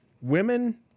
Women